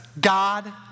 God